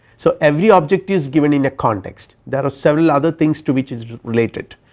so every objectives given in a context there are several other things to which is related.